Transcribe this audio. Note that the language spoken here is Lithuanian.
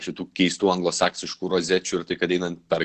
šitų keistų anglosaksiškų rozečių ir tai kad einant per